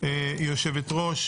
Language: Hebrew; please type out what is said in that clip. יושבת-ראש